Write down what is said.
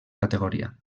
categoria